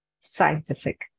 scientific